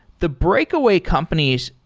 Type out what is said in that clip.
the breakaway companies,